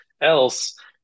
else